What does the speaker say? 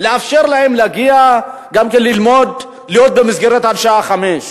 ילדים להגיע גם כן וללמוד ולהיות במסגרת עד השעה 17:00?